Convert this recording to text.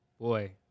boy